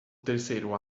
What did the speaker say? terceiro